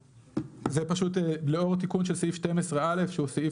זה פשוט לאור התיקון של סעיף 12(א) שהוא סעיף